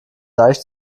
deich